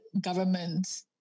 government